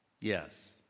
Yes